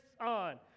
on